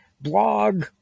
blog